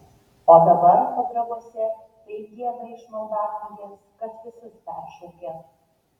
o dabar pagrabuose taip gieda iš maldaknygės kad visus peršaukia